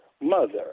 mother